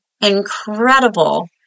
incredible